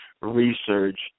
research